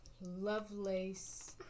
Lovelace